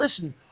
listen